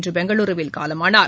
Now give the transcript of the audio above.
இன்றபெங்களூருவில் காலமானார்